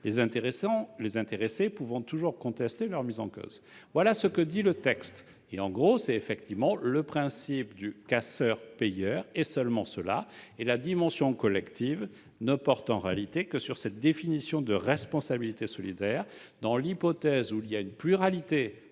les intéressés pouvant toujours contester leur mise en cause. Voilà ce que dit le texte : il s'agit du principe du casseur-payeur, et seulement de celui-ci. La dimension collective ne porte en réalité que sur cette définition de responsabilité solidaire dans l'hypothèse où il existe une pluralité